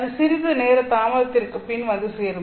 அது சிறிது நேர தாமதத்திற்குப் பின் வந்து சேரும்